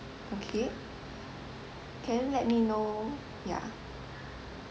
okay can you let me know ya